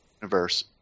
Universe